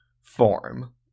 form